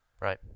Right